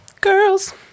girls